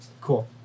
Cool